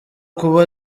kuba